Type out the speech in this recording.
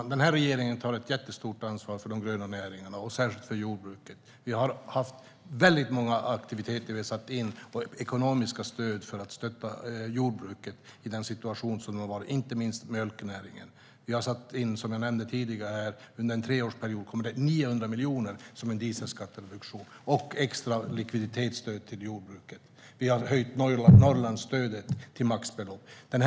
Herr talman! Regeringen tar ett stort ansvar för de gröna näringarna, särskilt för jordbruket. Vi har satt in många aktiviteter och ekonomiska stöd för att stötta jordbruket i rådande situation. Det gäller inte minst mjölknäringen där vi under en treårsperiod ger 900 miljoner till en dieselskattereduktion och extra likviditetsstöd till jordbruket. Vi har även höjt Norrlandsstödet till maxbelopp.